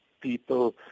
People